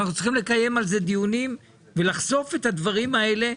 אנחנו צריכים לקיים על זה דיונים ולחשוף את הדברים האלה,